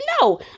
no